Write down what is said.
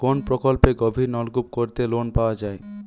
কোন প্রকল্পে গভির নলকুপ করতে লোন পাওয়া য়ায়?